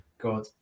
God